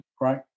right